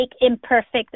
imperfect